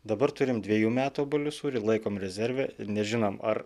dabar turim dviejų metų obuolių sūrį laikom rezerve nežinom ar